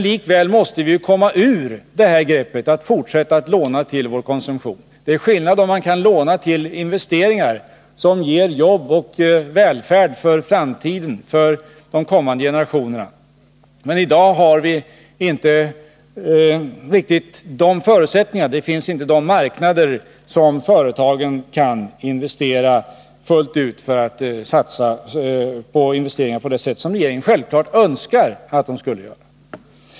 Likväl måste vi komma ur det här greppet att fortsätta att låna till vår konsumtion. Det är skillnad om man kan låna till investeringar som ger jobb och välfärd för framtiden, för de kommande generationerna, men i dag har vi inte riktigt de förutsättningarna. Företagen har inte sådana marknader att de fullt ut kan satsa på investeringar så som regeringen självfallet önskar att de skulle göra.